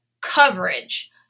coverage